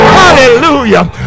hallelujah